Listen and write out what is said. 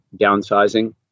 downsizing